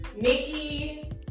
Nikki